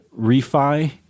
refi